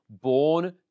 born